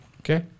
Okay